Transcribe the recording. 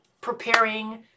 preparing